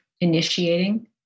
initiating